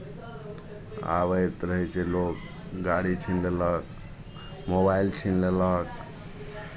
आबैत रहै छै लोक गाड़ी छीन लेलक मोबाइल छीन लेलक